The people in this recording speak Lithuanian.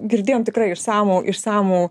girdėjom tikrai išsamų išsamų